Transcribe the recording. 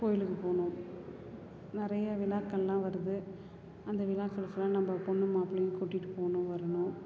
கோயிலுக்குப் போகணும் நிறைய விழாக்கள்லாம் வருது அந்த விழாக்களுக்குலாம் நம்ம பொண்ணு மாப்ளைய கூட்டிகிட்டுப் போகணும் வரணும்